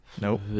Nope